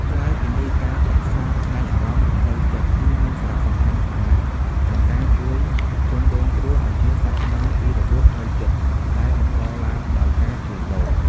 ក្រៅពីនេះ ការប្រឹក្សាផ្នែកអារម្មណ៍ ឬផ្លូវចិត្ត គឺមានសារៈសំខាន់ខ្លាំងណាស់ក្នុងការជួយជនរងគ្រោះឲ្យជាសះស្បើយពីរបួសផ្លូវចិត្តដែលបង្កឡើងដោយការជួញដូរ។